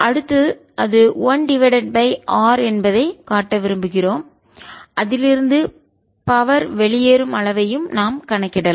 அடுத்து அது 1 divided by r என்பதைக் காட்ட விரும்புகிறோம் அதிலிருந்து பவர் சக்தியை வெளியேறும் அளவையும் நாம் கணக்கிடலாம்